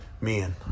Men